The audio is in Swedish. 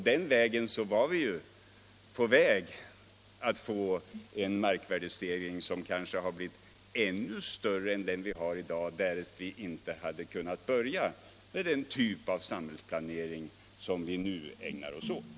Det kunde ha lett till en markvärdestegring som blivit ännu större än den vi har i dag, därest vi inte hade börjat med den typ av samhällsplanering som vi nu ägnar oss åt.